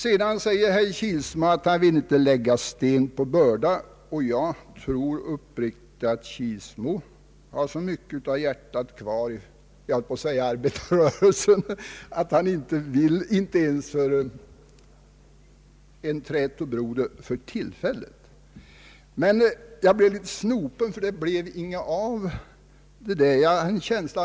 Herr Kilsmo säger att han inte vill lägga sten på bördan, och jag tror uppriktigt sagt att han har hjärtat kvar i arbetarrörelsen, höll jag på att säga, i så stor utsträckning att han inte ens för tillfället är en trätobroder. Men jag blev litet snopen därför att det inte blev någonting av detta.